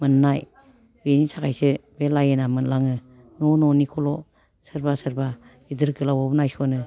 मोननाय बिनि थाखायसो बे लाइनआ मोनलाङो न' न'निखौल' सोरबा सोरबा गिदिर गोलाउआबो नायस'नो